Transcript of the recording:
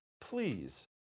Please